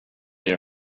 your